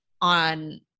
on